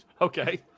okay